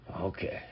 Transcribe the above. Okay